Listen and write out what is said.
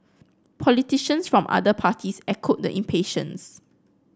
politicians from other parties echoed the impatience